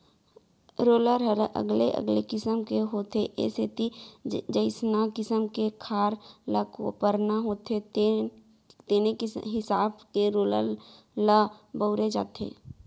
roller ह अलगे अलगे किसम के होथे ए सेती जइसना किसम के खार ल कोपरना होथे तेने हिसाब के रोलर ल बउरे जाथे